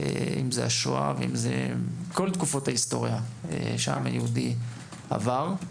אם זאת השואה ואם אלה כל תקופות ההיסטורי שהעם היהודי עבר.